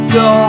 go